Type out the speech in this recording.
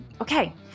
Okay